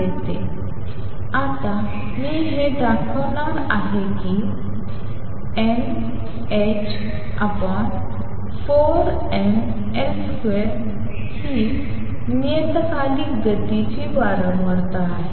देते आता मी हे दाखवणार आहे की nh4ml2 ही नियतकालिक गतीची वारंवारता आहे